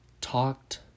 talked